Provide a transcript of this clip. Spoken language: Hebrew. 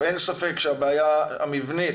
אין ספק שהבעיה המבנית,